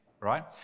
right